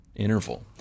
interval